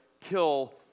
kill